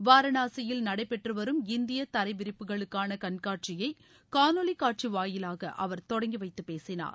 வாரனாசியில் நடைபெற்று வரும் இந்திய தரைவிரிப்புகளுக்கான கண்காட்சியை காணொலிக்காட்சி வாயிலாக அவர் தொடங்கிவைத்து பேசினார்